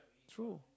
true